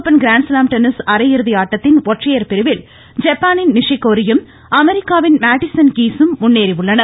open grand slam tennis அரையிறுதி ஆட்டத்தின் ஒற்றையர் பிரிவில் ஜப்பானின் நிஷிகோரியும் அமெரிக்காவின் மேடிஸன் கீஸும் முன்னேறியுள்ளனர்